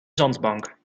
zandbank